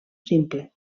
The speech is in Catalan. simple